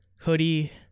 Hoodie